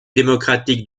démocratique